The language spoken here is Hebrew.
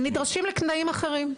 הם נדרשים לתנאים אחרים.